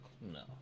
No